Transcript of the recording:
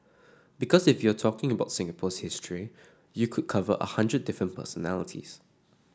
because if you're talking about Singapore's history you could cover a hundred different personalities